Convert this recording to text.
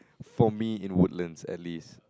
for me in Woodlands at least